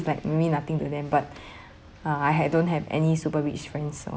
like mean nothing to them but uh I ha~ don't have any super rich friends so